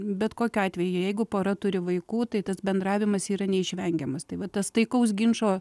bet kokiu atveju jeigu pora turi vaikų tai tas bendravimas yra neišvengiamas tai va tas taikaus ginčo